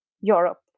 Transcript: Europe